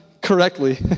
correctly